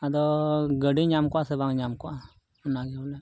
ᱟᱫᱚ ᱜᱟᱹᱰᱤ ᱧᱟᱢ ᱠᱚᱜᱼᱟ ᱥᱮ ᱵᱟᱝ ᱧᱟᱢ ᱠᱚᱜᱼᱟ ᱚᱱᱟᱜᱮ ᱵᱚᱞᱮ